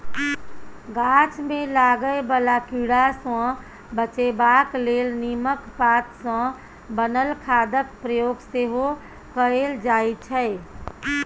गाछ मे लागय बला कीड़ा सँ बचेबाक लेल नीमक पात सँ बनल खादक प्रयोग सेहो कएल जाइ छै